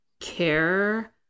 care